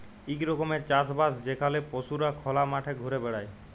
ইক রকমের চাষ বাস যেখালে পশুরা খলা মাঠে ঘুরে বেড়ায়